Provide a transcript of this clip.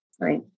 Right